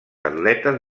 atletes